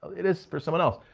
it is for someone else.